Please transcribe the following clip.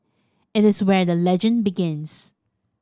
it is where the legend begins